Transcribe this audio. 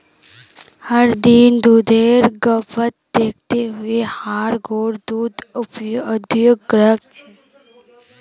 हर दिन दुधेर खपत दखते हुए हर घोर दूध उद्द्योगेर ग्राहक छे